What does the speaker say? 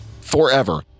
forever